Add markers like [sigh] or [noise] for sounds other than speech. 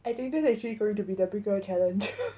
I think this is actually going to be the bigger challenge [laughs]